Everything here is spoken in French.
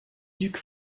duc